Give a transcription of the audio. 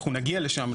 אנחנו נגיע לשם.